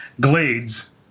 glades